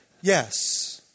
Yes